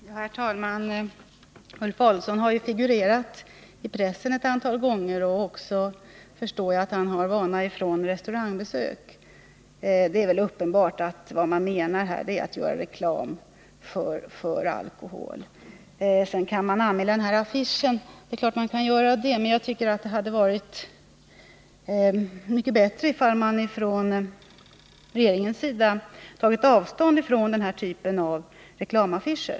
Herr talman! Ulf Adelsohn har ju figurerat i pressen ett antal gånger, och jag förstår att han också har vana från restaurangbesök. Det är väl uppenbart att vad man här menar är att göra reklam för alkohol. Sedan är det klart att det går att anmäla affischen. Men jag tycker att det hade varit mycket bättre om man från regeringens sida tagit avstånd från den här typen av reklamaffischer.